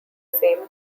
same